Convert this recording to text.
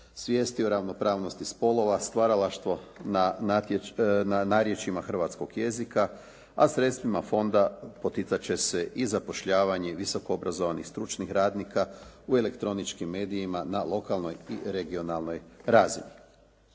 svijesti o ravnopravnosti spolova, stvaralaštvo na narječjima hrvatskog jezika, a sredstvima fonda poticat će se i zapošljavanje visokoobrazovanih stručnih radnika u elektroničkim medijima na lokalnoj i regionalnoj razini.